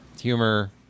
humor